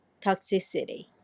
toxicity